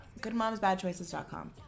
Goodmomsbadchoices.com